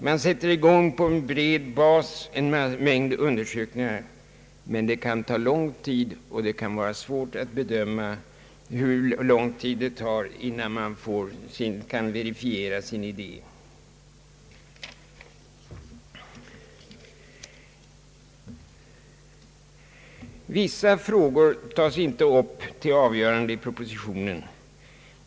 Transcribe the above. Man sätter i gång en mängd undersökningar på bred bas, men det kan vara svårt att bedöma hur lång tid det tar innan man kan verifiera sin idé. Tjänsterna måste konstrueras så att man får möjlighet att fullfölja en sådan idé. Vissa frågor tas inte upp till avgörande i propositionen.